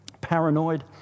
paranoid